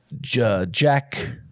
Jack